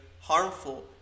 harmful